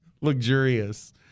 luxurious